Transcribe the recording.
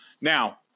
Now